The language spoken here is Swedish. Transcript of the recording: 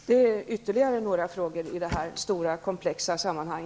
Det är ytterligare några frågor i detta stora och komplexa sammanhang.